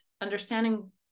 understanding